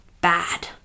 bad